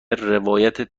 روایت